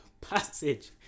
passage